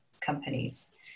companies